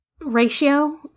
ratio